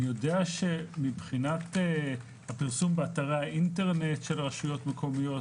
אני יודע שמבחינת הפרסום באתרי האינטרנט של רשויות מקומיות,